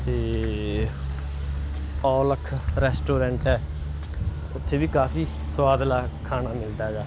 ਅਤੇ ਔਲਖ ਰੈਸਟੋਰੈਂਟ ਹੈ ਉੱਥੇ ਵੀ ਕਾਫੀ ਸੁਆਦਲਾ ਖਾਣਾ ਮਿਲਦਾ ਗਾ